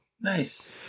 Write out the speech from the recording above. Nice